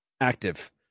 active